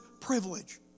privilege